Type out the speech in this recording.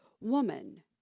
Woman